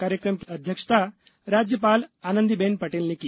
कार्यक्रम की अध्यक्षता राज्यपाल आनंदी बेन पटेल ने की